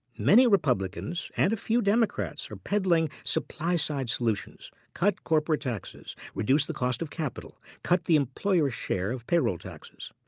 many republicans and a few democrats are peddling supply-side solutions. cut corporate taxes. reduce the cost of capital. cut the employer share of payroll taxes.